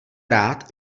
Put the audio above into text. rád